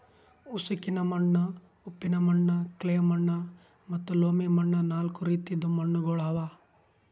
ಉಸುಕಿನ ಮಣ್ಣ, ಉಪ್ಪಿನ ಮಣ್ಣ, ಕ್ಲೇ ಮಣ್ಣ ಮತ್ತ ಲೋಮಿ ಮಣ್ಣ ನಾಲ್ಕು ರೀತಿದು ಮಣ್ಣುಗೊಳ್ ಅವಾ